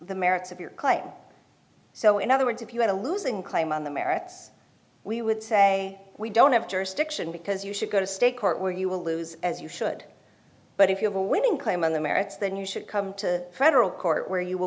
the merits of your claim so in other words if you had a losing claim on the merits we would say we don't have jurisdiction because you should go to state court where you will lose as you should but if you have a winning claim on the merits then you should come to frederick court where you w